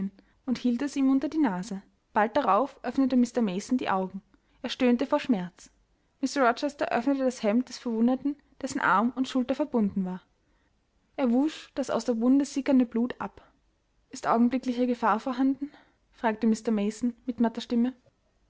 und hielt es ihm unter die nase bald darauf öffnete mr mason die augen er stöhnte vor schmerz mr rochester öffnete das hemd des verwundeten dessen arm und schulter verbunden war er wusch das aus der wunde sickernde blut ab ist augenblickliche gefahr vorhanden fragte mr mason mit matter stimme